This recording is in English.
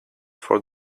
for